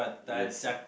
yes